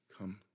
Come